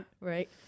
Right